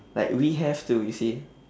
like we have to you see